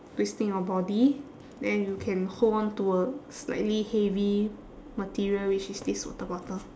twisting your body then you can hold on to a slightly heavy material which is this water bottle